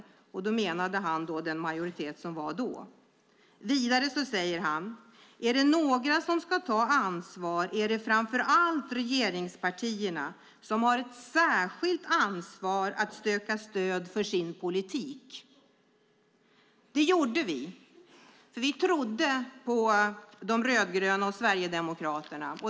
Då menade han den majoritet som var då. Vidare säger han: "Är det några som ska ta ansvar är det framför allt regeringspartierna som har ett särskilt ansvar att söka stöd för sin politik." Det gjorde vi eftersom vi trodde på de rödgröna och Sverigedemokraterna.